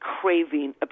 craving